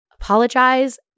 apologize